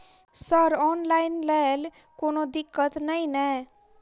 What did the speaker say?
Sir online लैल कोनो दिक्कत न ई नै?